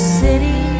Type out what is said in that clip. city